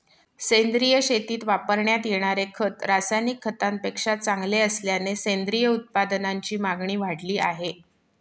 सेंद्रिय शेतीत वापरण्यात येणारे खत रासायनिक खतांपेक्षा चांगले असल्याने सेंद्रिय उत्पादनांची मागणी वाढली आहे